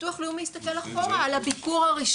בטוח שם מכובדים פה מכירים אותו היטב.